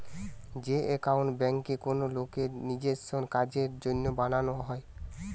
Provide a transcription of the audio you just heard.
যে একাউন্ট বেঙ্কে কোনো লোকের নিজেস্য কাজের জন্য বানানো হয়